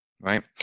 right